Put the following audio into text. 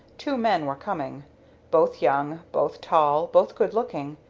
two men were coming both young, both tall, both good looking,